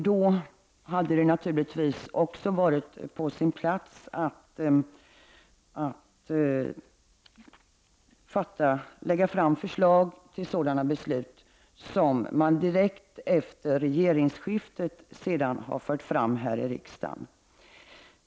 Då hade det naturligtvis också varit på sin plats att lägga fram förslag till sådant beslut som man sedan direkt efter regeringsskiftet har fört fram här i riksdagen.